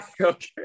Okay